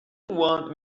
want